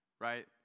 right